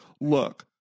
Look